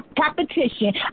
competition